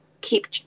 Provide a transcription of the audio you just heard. keep